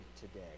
today